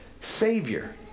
savior